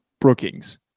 Brookings